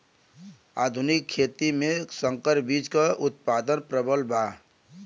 आधुनिक खेती में संकर बीज क उतपादन प्रबल बा